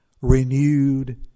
renewed